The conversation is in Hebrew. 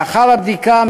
לאחר הבדיקה,